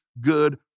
good